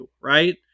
right